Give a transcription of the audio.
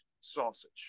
sausage